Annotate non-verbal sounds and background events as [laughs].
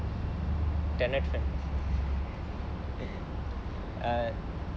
tenet fan [laughs] err